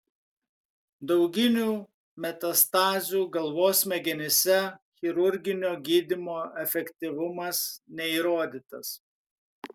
dauginių metastazių galvos smegenyse chirurginio gydymo efektyvumas neįrodytas